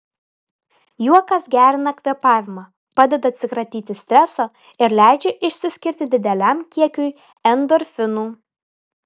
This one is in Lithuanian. juokas gerina kvėpavimą padeda atsikratyti streso ir leidžia išsiskirti dideliam kiekiui endorfinų